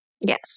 Yes